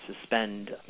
suspend